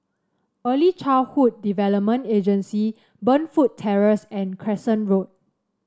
Early Childhood Development Agency Burnfoot Terrace and Crescent Road